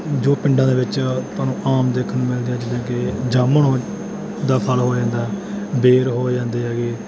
ਜੋ ਪਿੰਡਾਂ ਦੇ ਵਿੱਚ ਤੁਹਾਨੂੰ ਆਮ ਦੇਖਣ ਨੂੰ ਮਿਲਦੇ ਆ ਜਿਵੇਂ ਕਿ ਜਾਮਣ ਦਾ ਫਲ ਹੋ ਜਾਂਦਾ ਬੇਰ ਹੋ ਜਾਂਦੇ ਹੈਗੇ